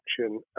action